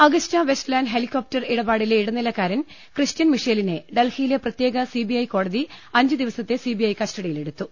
August Westland helicopter ഇടപാടിലെ ഇടനിലക്കാരൻ Christian മിഷേലിനെ ഡൽഹിയിലെ പ്രത്യേക സിബിഐ കോടതി അഞ്ച് ദിവസത്തെ സിബിഐ കസ്റ്റഡിയിലെടുത്തു